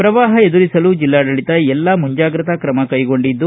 ಪ್ರವಾಹ ಎದುರಿಸಲು ಜಿಲ್ಲಾಡಳತ ಎಲ್ಲಾ ಮುಂಚಾಗ್ರತಾ ಕ್ರಮ ಕೈಗೊಂಡಿದೆ